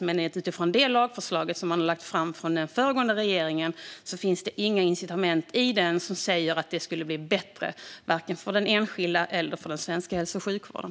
Men i det lagförslag som lades fram av den föregående regeringen fanns det inga incitament till att det skulle bli bättre, varken för den enskilda eller för den svenska hälso och sjukvården.